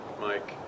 Mike